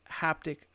haptic